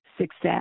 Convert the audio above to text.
success